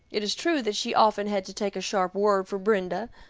it is true that she often had to take a sharp word from brenda,